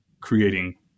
creating